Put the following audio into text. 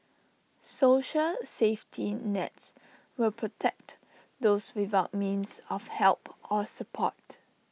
social safety nets will protect those without means of help or support